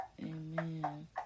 Amen